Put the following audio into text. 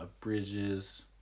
bridges